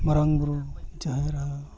ᱢᱟᱨᱟᱝ ᱵᱩᱨᱩ ᱡᱟᱦᱮᱨ ᱟᱭᱳ